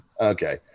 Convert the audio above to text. Okay